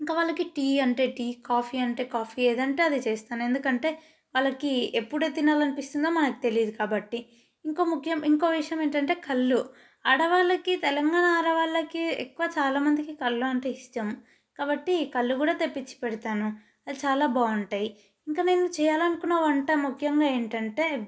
ఇంక వాళ్ళకి టీ అంటే టీ కాఫీ అంటే కాఫీ ఏటంటే అది చేస్తాను ఎందుకంటే వాళ్ళకి ఎప్పుడు ఏది తినాలన అపిస్తుందో మనకి తెలీదు కాబట్టి ఇంకో ముఖ్యం ఇంకో విషయం ఏంటంటే కల్లు ఆడవాళ్ళకి తెలంగాణ ఆడవాళ్ళకి ఎక్కువ చాలామందికి కల్లు అంటే ఇష్టం కాబట్టి కల్లు కూడా తెప్పిచ్చి పెడతాను అవి చాలా బాగుంటాయి ఇంక నేను చేయాలనుకున్న వంట ముఖ్యంగా ఏంటంటే